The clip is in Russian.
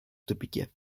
тупике